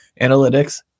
Analytics